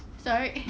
sorry